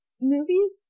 movies